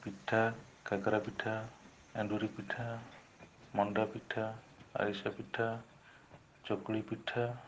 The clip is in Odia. ପିଠା କାକରା ପିଠା ଏଣ୍ଡୁରି ପିଠା ମଣ୍ଡା ପିଠା ଆରିସା ପିଠା ଚକୁଳି ପିଠା